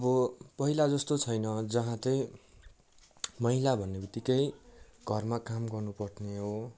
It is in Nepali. अब पहिला जस्तो छैन जहाँ चाहिँ महिला भन्ने बित्तिकै घरमा काम गर्नु पर्ने हो